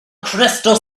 crystal